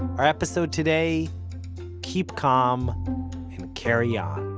our episode today keep calm and carry on.